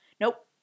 Nope